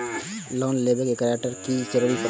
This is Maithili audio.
लोन लेबे में ग्रांटर के भी जरूरी परे छै?